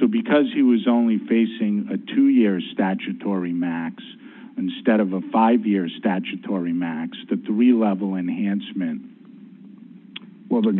so because he was only facing two years statutory max and stead of the five years statutory max the reliable enhancement well the